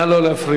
נא לא להפריע.